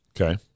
Okay